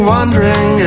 Wondering